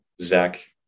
Zach